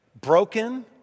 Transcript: broken